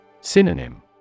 Synonym